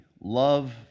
love